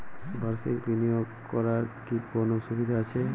বাষির্ক বিনিয়োগ করার কি কোনো সুবিধা আছে?